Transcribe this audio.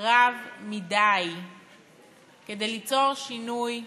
רב מדי ליצור שינוי,